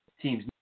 Teams